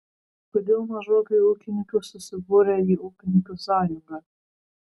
kodėl mažokai ūkininkų susibūrę į ūkininkų sąjungą